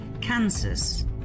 Kansas